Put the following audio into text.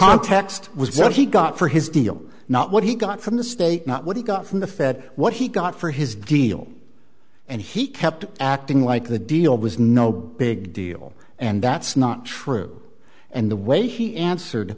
context was what he got for his deal not what he got from the state not what he got from the fed what he got for his deal and he kept acting like the deal was no big deal and that's not true and the way he answered